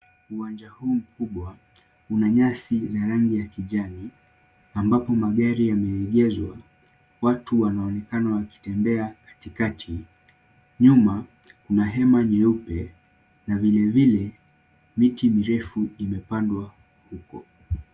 Uwanja huu mkubwa una nyasi ya rangi ya kijani ambapo magari yameegezwa. Watu wanaonekana wakitembea katikati. Nyuma kuna hema nyeupe na vilevile miti mirefu imepandwa huko.